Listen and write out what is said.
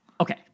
Okay